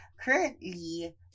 currently